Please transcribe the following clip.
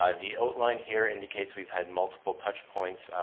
ah the outline here indicates we've had multiple touchpoints,